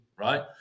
right